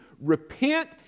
repent